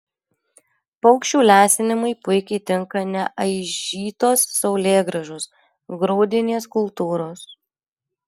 paukščių lesinimui puikiai tinka neaižytos saulėgrąžos grūdinės kultūros